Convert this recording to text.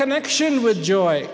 connection with joy